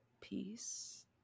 peace